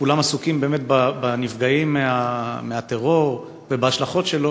כשכולם עסוקים באמת בנפגעים מהטרור ובהשלכות שלו,